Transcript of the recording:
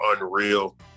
unreal